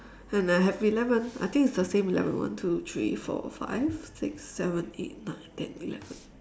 and I have eleven I think it's the same eleven one two three four five six seven eight nine ten eleven